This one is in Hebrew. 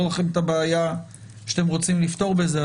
לכם את הבעיה שאתם רוצים לפתור בזה.